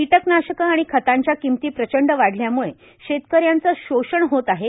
कीटकनाशकं आणि खतांच्या किंमती प्रचंड वाढल्याम्ळे शेतकऱ्यांचं शोषण होत आहे